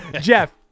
jeff